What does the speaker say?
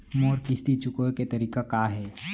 मोर किस्ती चुकोय के तारीक का हे?